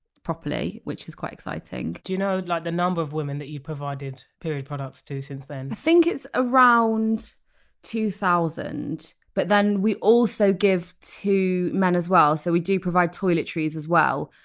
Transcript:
properly, which is quite exciting do you know like the number of women that you've provided period products to since then? i think it's around two thousand, but then we also give to men as well. so we do provide toiletries as well,